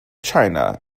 china